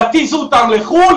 יטיסו אותם לחו"ל,